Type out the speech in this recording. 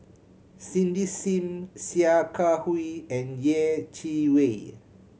Cindy Sim Sia Kah Hui and Yeh Chi Wei